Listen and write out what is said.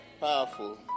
Powerful